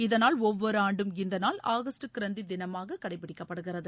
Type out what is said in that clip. இதனால் ஒவ்வொருஆண்டும் இந்தநாள் ஆகஸ்ட் கிரந்திதினமாககடைபிடிக்கப்படுகிறது